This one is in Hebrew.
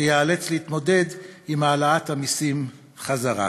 שייאלץ להתמודד עם העלאת המסים בחזרה.